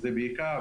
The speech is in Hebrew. שזה בעיקר